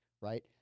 right